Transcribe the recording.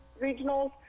regionals